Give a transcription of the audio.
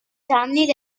تمدید